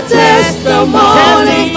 testimony